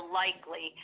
likely